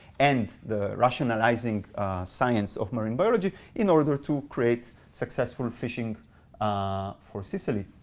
and the rationalizing science of marine biology in order to create successful fishing for sicily.